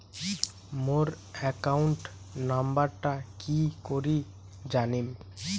মোর account নাম্বারটা কি করি জানিম?